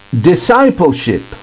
discipleship